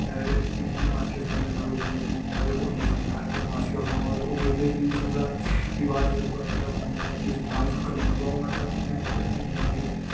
जि'यां मासी फोन करना कोई जरूरी कम्म ओह् नेईं सनांदा कि मासी दा फोन आवै दा ओह् गेमें च बिजी रौंह्दा फ्ही बाद च पता चलदा कि फोन आए दा उसी तां बी फक्कड़ पौंदे ओह् मनदा ओनेैं इ'यै री गेम खेलनी